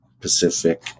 pacific